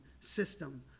system